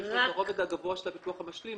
שיש לו את הרובד הגבוה של הביטוח המשלים.